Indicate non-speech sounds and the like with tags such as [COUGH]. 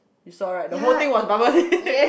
you saw right the whole thing was bubble tea [LAUGHS]